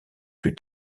plus